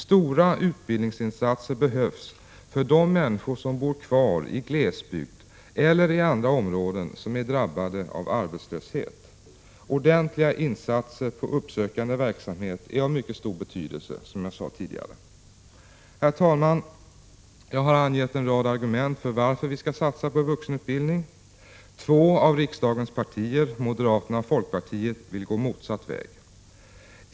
Stora utbildningsinsatser behövs för de människor som bor kvar i glesbygd eller i andra områden som är drabbade av arbetslöshet. Ordentliga insatser med uppsökande verksamhet är av mycket stor betydelse. Herr talman! Jag har angett en rad argument för varför vi skall satsa på vuxenutbildning. Två av riksdagens partier, moderaterna och folkpartiet, vill gå motsatt väg.